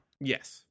Yes